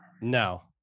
No